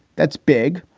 that's big.